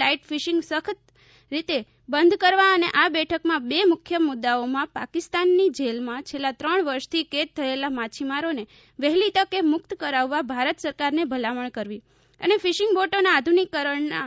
light fishing સખ્ત રીતે બંધ કરવા અને આ બેઠકમાં બે મુખ્યમુદાઓમાં પાકીસ્તાનની જેલમાં છેલ્લા ત્રણ વર્ષથી કેદ થયેલા માચ્છીમારોને વ્હેલી તકે મુકત કરાવવા ભારત સરકારને ભલામણ કરવી અને ફીશીંગ બોટોના આધુનિકરણના